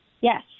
Yes